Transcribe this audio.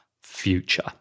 future